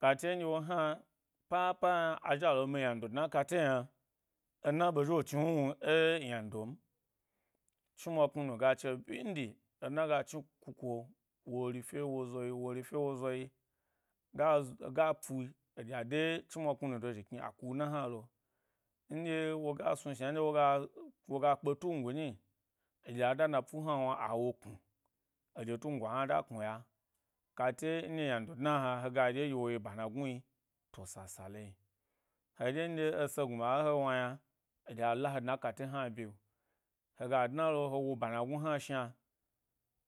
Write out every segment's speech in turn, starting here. Katen dye hna papa yna, azhi alo mi ynadodna ẻ kate yna ena ɓe zhi wo chni wnuwnu ẻ ynandon chnimwa knunu ga cho, bindi ena ga chni ku ku’o, wori fye wozo yi, wori fye woyi gazi ga pui aɗye a, de chnimwa knunu dozhi kni a ku ena hna lo nɗye woga snu shna nɗye woga snu shna nɗye woga woga tun gu nyi eɗye ada napu hana hna awo knu eɗye tungu hna da knu ya, kate nɗye ynan dna hna hega dye dye woyi boma gnu yi, to sasale. He dye ndye ese gnuna a he wna yna eɗye a la he dna e kate ɗye yna bye, hega dnalo he wo bama gnu hna shna,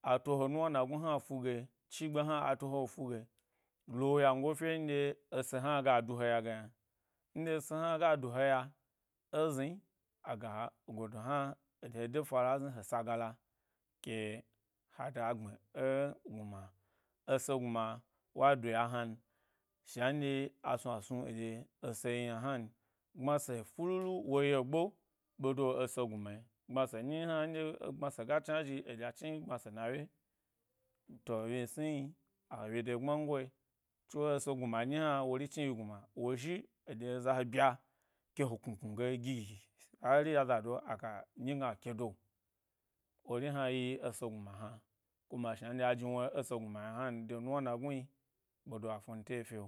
a to he nuwna nagnu hna fug e chi gbe hna a to he fug e lo ynan go gye ese hna ga duya ge yna, nɗye ese hna ga du he ya ezni aga godo hna eɗye he de fara zni he se gala, ke ha da gbmi ẻ gnuma, ese gnuma wa duya hnan. Shnan dye asnu a snu a ɗye ese yi yna hnan. Gbmase fululuwo ye gbo, ɓedo ese gnuma gbmase nyi hna nɗye gɓmase ga chna zhi, aɗye a chni gbma se na wye, to wyi sni, awye de gbmangoe, tso, ese gnuma nyi hna wori chni yi ynuma, wo zhi eɗye eza bya ke he knu knu ye gigi hari azado aga nyi gna kedo, wori hna yi ese gnuma hna kuma shu a ɗye a jni ese gnuma yna hnan de nuwna na gnu yi ɓedo a fnunte fi’o.